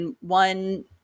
one